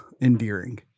endearing